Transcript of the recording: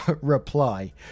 reply